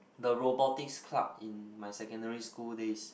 the robotics club in my secondary school days